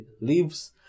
leaves